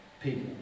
people